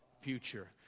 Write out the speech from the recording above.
future